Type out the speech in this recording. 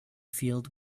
field